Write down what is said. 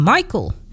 Michael